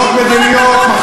דעות מדיניות,